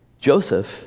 Joseph